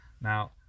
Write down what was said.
Now